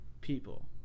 people